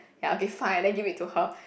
ya okay fine then give it to her